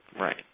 Right